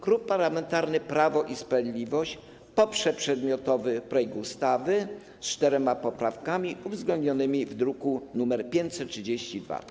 Klub Parlamentarny Prawo i Sprawiedliwość poprze przedmiotowy projekt ustawy z czterema poprawkami uwzględnionymi w druku nr 532.